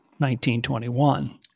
1921